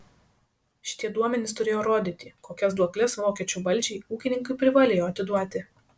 šitie duomenys turėjo rodyti kokias duokles vokiečių valdžiai ūkininkai privalėjo atiduoti